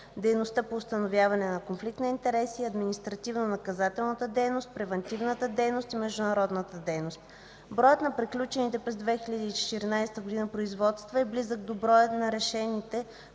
дейността по установяване на конфликт на интереси; административно-наказателната дейност; превантивната дейност и международната дейност. Броят на приключените през 2014 г. производства е близък до броя на решените